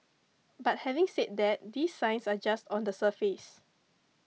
but having said that these signs are just on the surface